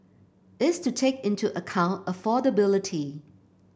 is to take into account affordability